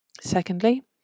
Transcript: Secondly